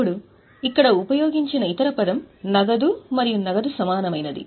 ఇప్పుడు ఇక్కడ ఉపయోగించిన ఇతర పదం నగదు మరియు నగదు సమానమైనది